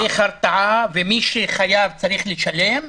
צריך הרתעה ומי שחייב צריך לשלם,